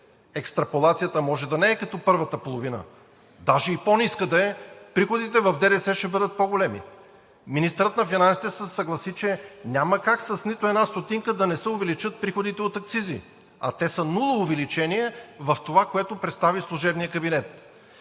Екстраполацията може да не е като първата половина, даже и по-ниска да е, приходите в ДДС ще бъдат по-големи. Министърът на финансите се съгласи, че няма как с нито една стотинка да не се увеличат приходите от акцизи, а те са нула увеличение в това, което представи служебният кабинет.